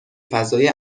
فضای